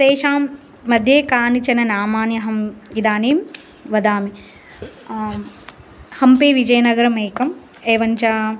तेषां मद्ये कानिचन नामानि अहम् इदानीं वदामि हम्पे विजयनगरम् एकम् एवञ्च